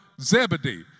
Zebedee